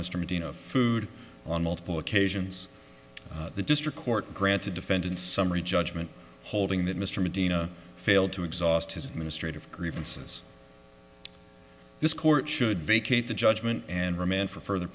medina of food on multiple occasions the district court granted defendants summary judgment holding that mr medina failed to exhaust his administrative grievances this court should vacate the judgment and remand for further